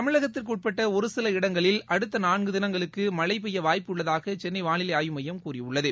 தமிழகத்திற்கு உட்பட்ட ஒரு சில இடங்களில் அடுத்த நான்கு தினங்களுக்கு மழை பெய்ய வாய்ப்பு உள்ளதாக வானிலை ஆய்வு மையம் கூறியுள்ளது